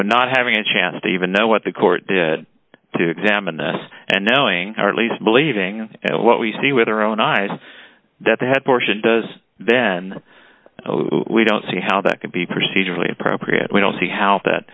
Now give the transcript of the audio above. but not having a chance to even know what the court did to examine this and knowing or at least believing what we see with our own eyes that the head portion does then we don't see how that could be procedurally appropriate we don't see how that